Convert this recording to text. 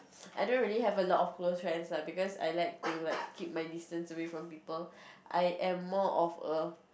I don't really have a lot of close friends lah because I like to like keep my distance away from people I am more of a